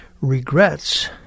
regrets